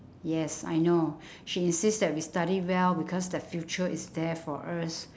yes I know she insist that we study well because the future is there for us